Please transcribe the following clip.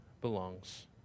belongs